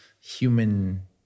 human